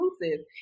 exclusive